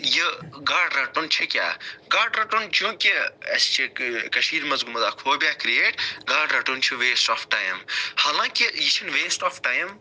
یہِ گاڈٕ رَٹُن چھُ کیٛاہ گاڈٕ رَٹُن چونٛکہ اَسہِ چھُ کٔشیٖرِ منٛز اَکھ فوبِیہ کرٛیٹ گاڈٕ رَٹُن چھُ ویسٹہٕ آف ٹایِم حالانکہ یہِ چھُنہٕ ویسٹہٕ آف ٹایِم